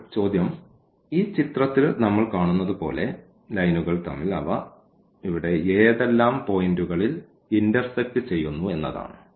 ഇപ്പോൾ ചോദ്യം ഈ ചിത്രത്തിൽ നമ്മൾ കാണുന്നത് പോലെ അവ ഇവിടെ ഏതെല്ലാം പോയിന്റുകളിൽ ഇന്റർസെക്റ് ചെയ്യുന്നു എന്നതാണ്